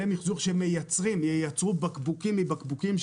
מיחזור שייצרו בקבוקים מבקבוקים.